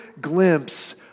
glimpse